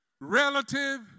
relative